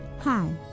Hi